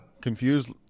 Confused